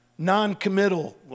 non-committal